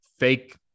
fake